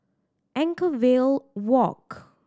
Anchorvale Walk